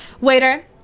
Waiter